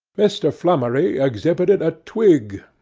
mr. flummery exhibited a twig,